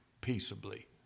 peaceably